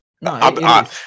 No